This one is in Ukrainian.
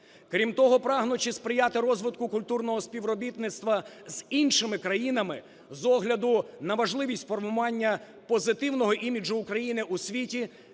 Крім того, прагнучи сприяти розвитку культурного співробітництва з іншими країнами, з огляду на важливість формування позитивного іміджу України у світі,